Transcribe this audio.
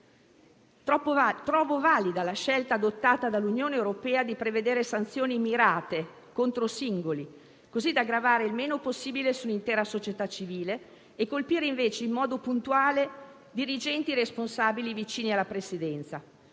Trovo valida la scelta adottata dall'Unione europea di prevedere sanzioni mirate contro singoli, così da gravare il meno possibile su un'intera società civile e colpire invece in modo puntuale dirigenti responsabili vicini alla Presidenza.